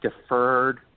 deferred